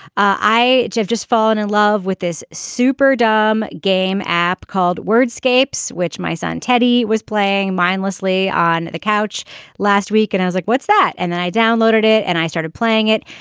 i have just fallen in love with this super dumb game app called word scapes which my son teddy was playing mindlessly on the couch last week and i was like what's that and then i downloaded it and i started playing it.